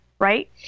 right